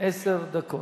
לרשותך עשר דקות.